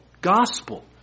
gospel